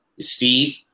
Steve